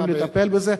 חייבים לטפל בזה.